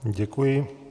Děkuji.